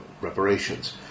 reparations